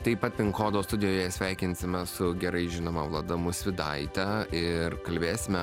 taip pat pin kodo studijoje sveikinsimės su gerai žinoma vlada musvydaite ir kalbėsime